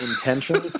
Intention